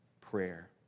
prayer